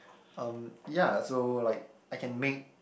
um ya so like I can make